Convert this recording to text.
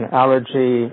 allergy